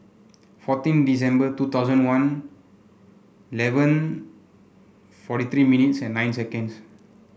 fourteen December two thousand one eleven forty three minutes and nine seconds